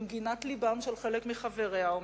אומנם למגינת לבם של חלק מחבריה,